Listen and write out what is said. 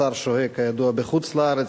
השר שוהה כידוע בחוץ-לארץ,